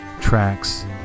tracks